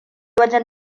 wajen